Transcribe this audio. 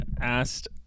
asked